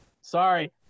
sorry